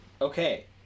Okay